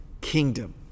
kingdom